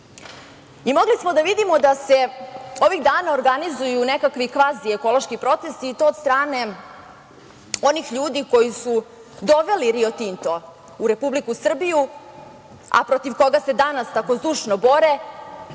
vlasti. Mogli smo da vidimo da se ovih dana organizuju nekakvi kvazi-ekološki protesti i to od strane onih ljudi koji su doveli „Rio Tinto“ u Republiku Srbiju, a protiv koga se danas tako zdušno bore.